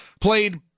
played